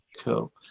cool